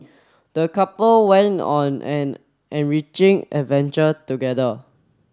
the couple went on an enriching adventure together